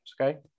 Okay